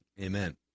Amen